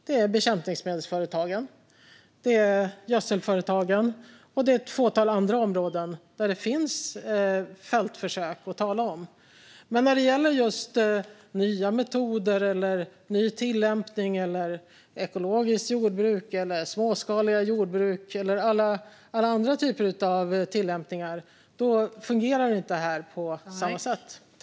Det är bekämpningsmedelsföretagens, gödselföretagens och ett fåtal andra områden där det finns fältförsök att tala om. När det gäller nya metoder och ny tillämpning, till exempel inom ekologiskt jordbruk och småskaliga jordbruk, fungerar inte det här på samma sätt.